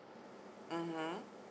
(uh huh)